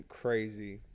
crazy